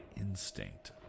instinct